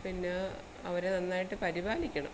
പിന്നെ അവരെ നന്നായിട്ട് പരിപാലിക്കണം